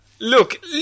look